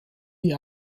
die